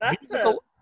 musical